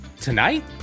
tonight